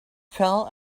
fell